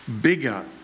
bigger